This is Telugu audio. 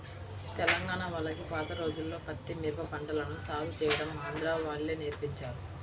తెలంగాణా వాళ్లకి పాత రోజుల్లో పత్తి, మిరప పంటలను సాగు చేయడం ఆంధ్రా వాళ్ళే నేర్పించారు